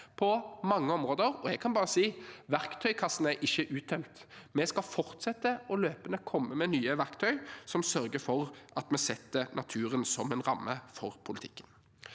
på mange områder, og jeg kan bare si: Verktøykassen er ikke uttømt. Vi skal fortsette løpende å komme med nye verktøy som sørger for at vi setter naturen som en ramme for politikken.